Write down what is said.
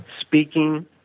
speaking